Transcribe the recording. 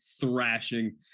thrashing